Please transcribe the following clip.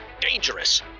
dangerous